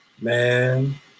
Man